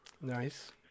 nice